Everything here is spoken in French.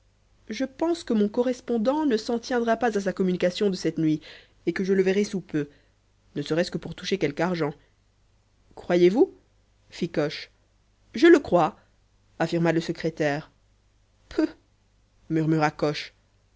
je pense que mon correspondant ne s'en tiendra pas à sa communication de cette nuit et que je le verrai sous peu ne serait-ce que pour toucher quelque argent croyez-vous fit coche je le crois affirma le secrétaire peuh murmura coche